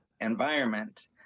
environment